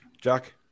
Jack